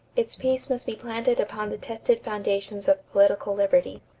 its peace must be planted upon the tested foundations of political liberty.